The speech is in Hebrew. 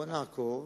בוא נעקוב,